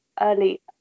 early